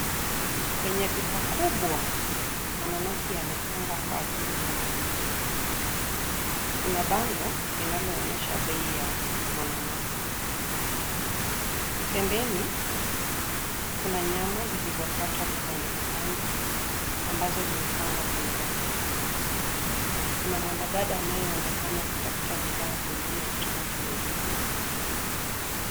Kwenye duka kubwa, mananasi yamepangwa kwa ajili ya kuuzwa. Kuna bango linalooonyesha bei ya mananasi. Pembeni, kuna nyama zilizokatwa vipandevipande ambazo zimepangwa kwenye rafu. Kuna mwanadada anayeonekana kutafuta bidhaa zingine kutoka kwenye jokofu.